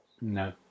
No